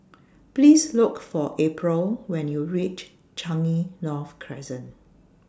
Please Look For April when YOU REACH Changi North Crescent